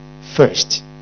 first